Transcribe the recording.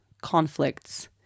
conflicts